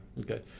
okay